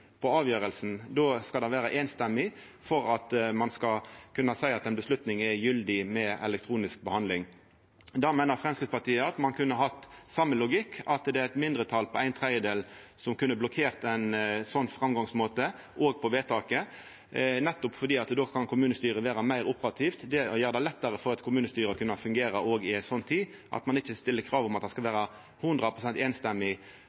på avgjerda – då skal det vera samrøystes for at ein skal kunna seia at ei avgjerd er gyldig med elektronisk behandling. Der meiner Framstegspartiet at ein kunna hatt same logikk – at eit mindretal på ein tredjedel kan blokkera ein sånn framgangsmåte, òg på vedtaket, for då kan kommunestyret vera meir operativt. Det gjer det lettare for eit kommunestyre å kunna fungera òg i ei sånn tid, at ein ikkje stiller krav om at det skal